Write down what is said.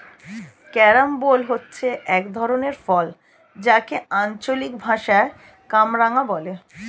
carambola হচ্ছে এক ধরনের ফল যাকে আঞ্চলিক ভাষায় কামরাঙা বলে